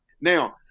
Now